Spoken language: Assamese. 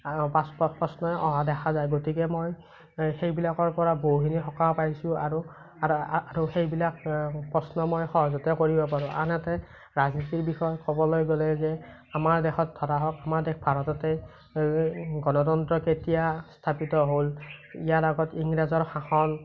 প্ৰশ্নই অহা দেখা যায় গতিকে মই সেইবিলাকৰ পৰা বহুখিনি সকাহ পাইছোঁ আৰু আৰু আৰু সেইবিলাক প্ৰশ্ন মই সহজতে কৰিব পাৰোঁ আনহাতে ৰাজনীতি বিষয় ক'বলৈ গ'লে যে আমাৰ দেশত ধৰা হওঁক আমাৰ দেশ ভাৰততে গণতন্ত্ৰ কেতিয়া স্থাপিত হ'ল ইয়াৰ আগত ইংৰাজৰ শাসন